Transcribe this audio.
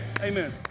Amen